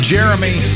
Jeremy